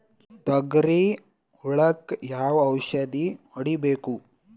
ತೊಗರಿ ಹುಳಕ ಯಾವ ಔಷಧಿ ಹೋಡಿಬೇಕು?